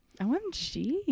OMG